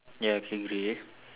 ya okay grey